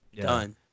Done